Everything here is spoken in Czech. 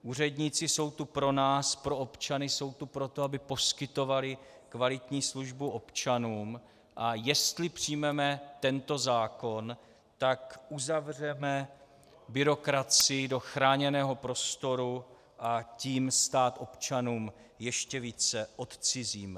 Úředníci jsou tu pro nás, pro občany, jsou tu pro to, aby poskytovali kvalitní službu občanům, a jestli přijmeme tento zákon, tak uzavřeme byrokracii do chráněného prostoru, a tím stát občanům ještě více odcizíme.